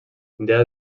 dea